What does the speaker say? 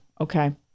okay